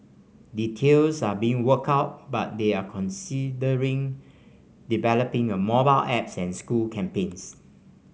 details are being worked out but they are considering developing a mobile apps and school campaigns